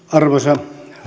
arvoisa